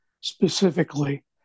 specifically